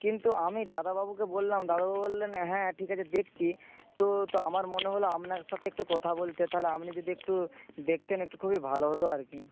কিন্তু আমি দাদাবাবুকে বললাম দাদাবাবু বললেন হ্যাঁ ঠিক আছে দেখছি তো আমার মনে হলো আপনার সাথে একটু কথা বলতে তাহলে আপনি যদি একটু দেখতেন একটু খুবই ভালো হতো আর কি